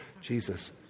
Jesus